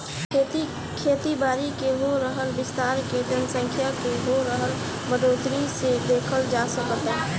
खेती बारी के हो रहल विस्तार के जनसँख्या के हो रहल बढ़ोतरी से देखल जा सकऽता